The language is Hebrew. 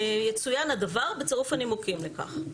יצוין הדבר בצירוף הנימוקים לכך.